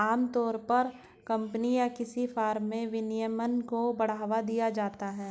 आमतौर पर कम्पनी या किसी फर्म में विनियमन को बढ़ावा दिया जाता है